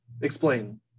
explain